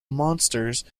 monsters